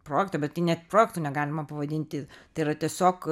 projekto bet tai net projektu negalima pavadinti tai yra tiesiog